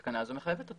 התקנה הזאת מחייבת אותו.